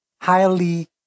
highly